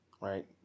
right